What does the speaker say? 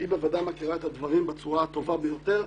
שהיא בוודאי מכירה את הדברים בצורה הטובה ביותר,